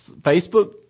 Facebook